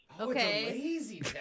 Okay